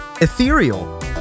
Ethereal